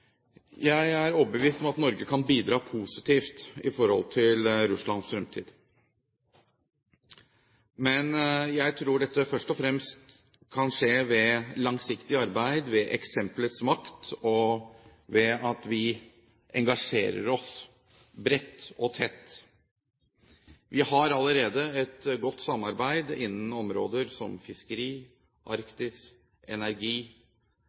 Jeg er overbevist om at Norge kan bidra positivt i forhold til Russlands fremtid. Men jeg tror dette først og fremst kan skje ved langsiktig arbeid, ved eksempelets makt og ved at vi engasjerer oss bredt og tett. Vi har allerede et godt samarbeid innen områder som fiskeri, Arktis, energi,